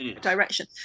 direction